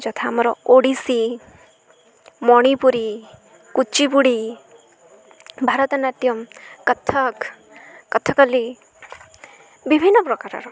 ଯଥା ଆମର ଓଡ଼ିଶୀ ମଣିପୁରୀ କୁଚିପୁଡ଼ି ଭାରତନାଟ୍ୟମ କଥକ କଥକଲି ବିଭିନ୍ନ ପ୍ରକାରର